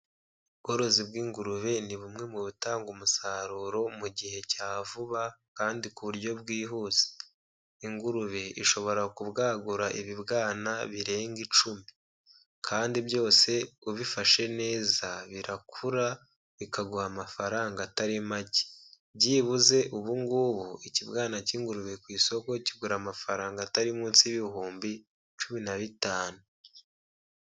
Ubworozi bw'ingurube ni bumwe mu butanga umusaruro mu gihe cya vuba kandi ku buryo bwihuse, ingurube ishobora kubwagura ibibwana birenga icumi kandi byose ubifashe neza birakura bikaguha amafaranga atari make, byibuze ubu ngubu ikibwana cy'ingurube ku isoko kigura amafaranga atari munsi y'ibihumbi cumi na bitanu.